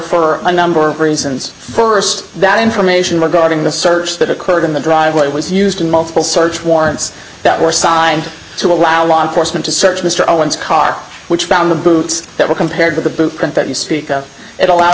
for a number of reasons first that information regarding the search that occurred in the driveway was used in multiple search warrants that were signed to allow law enforcement to search mr owens car which found the boots that were compared with the blueprint that you speak of it allow